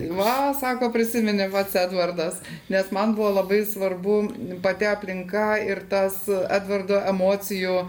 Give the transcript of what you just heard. va sako prisiminė pats edvardas nes man buvo labai svarbu pati aplinka ir tas edvardo emocijų